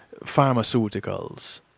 pharmaceuticals